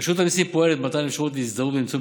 רשות המיסים פועלת למתן אפשרות להזדהות באמצעים